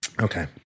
Okay